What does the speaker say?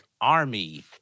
Army